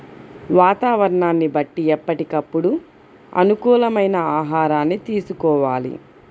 వాతావరణాన్ని బట్టి ఎప్పటికప్పుడు అనుకూలమైన ఆహారాన్ని తీసుకోవాలి